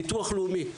ביטוח לאומי.